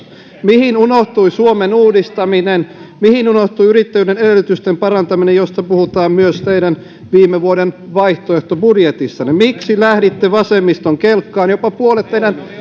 mihin unohtui suomen uudistaminen mihin unohtui yrittäjyyden edellytysten parantaminen josta puhutaan myös teidän viime vuoden vaihtoehtobudjetissanne miksi lähditte vasemmiston kelkkaan jopa puolet teidän